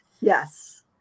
Yes